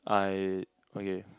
I okay